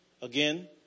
Again